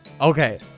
Okay